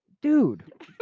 Dude